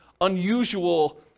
unusual